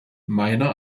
meiner